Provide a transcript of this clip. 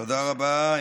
תודה רבה.